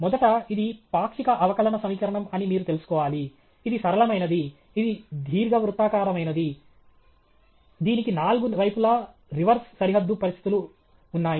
మొదట ఇది పాక్షిక అవకలన సమీకరణం అని మీరు తెలుసుకోవాలి ఇది సరళమైనది ఇది దీర్ఘవృత్తాకారమైనది దీనికి నాలుగు వైపులా రివర్స్ సరిహద్దు పరిస్థితులు ఉన్నాయి